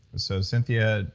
so cynthia,